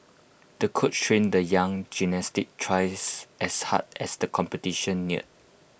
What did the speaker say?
the coach trained the young gymnast twice as hard as the competition neared